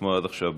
כמו עד עכשיו.